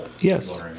Yes